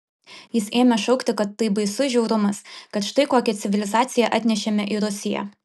jis ėmė šaukti kad tai baisus žiaurumas kad štai kokią civilizaciją atnešėme į rusiją